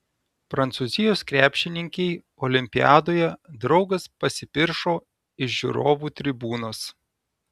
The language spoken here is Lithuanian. prancūzijos krepšininkei olimpiadoje draugas pasipiršo iš žiūrovų tribūnos